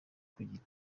kugira